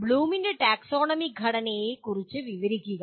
ബ്ലൂമിന്റെ taxonomy ഘടനയെക്കുറിച്ച് വിവരിക്കുക